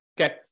Okay